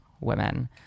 women